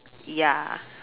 ya